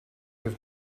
have